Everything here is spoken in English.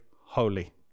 Holy